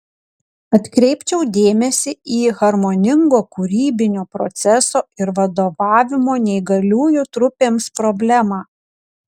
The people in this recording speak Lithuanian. atkreipčiau dėmesį į harmoningo kūrybinio proceso ir vadovavimo neįgaliųjų trupėms problemą